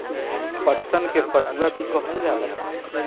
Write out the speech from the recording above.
पटसन के पटुआ भी कहल जाला